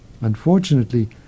Unfortunately